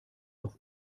auf